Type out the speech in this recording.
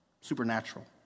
Supernatural